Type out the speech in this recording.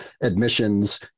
admissions